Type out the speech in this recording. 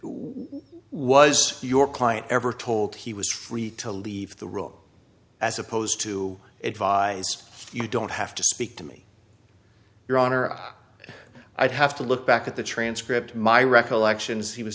what was your client ever told he was free to leave the room as opposed to advise you don't have to speak to me your honor i'd have to look back at the transcript my recollection is he was